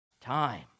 time